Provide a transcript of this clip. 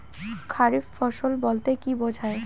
খারিফ ফসল বলতে কী বোঝায়?